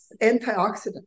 antioxidant